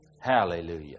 Hallelujah